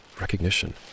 recognition